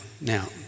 Now